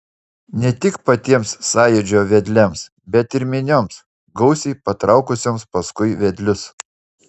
ne tik patiems sąjūdžio vedliams bet ir minioms gausiai patraukusioms paskui vedlius